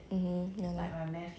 mmhmm ya lor